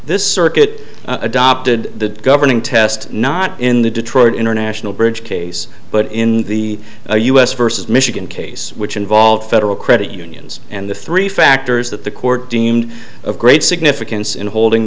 this circuit adopted the governing test not in the detroit international bridge case but in the u s versus michigan case which in vaal federal credit unions and the three factors that the court deemed of great significance in holding